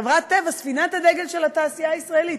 חברת טבע, ספינת הדגל של התעשייה הישראלית.